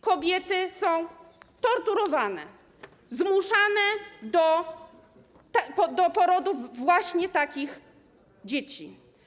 Kobiety są torturowane, zmuszane do porodów właśnie takich dzieci.